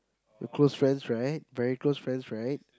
close friends right very close friends right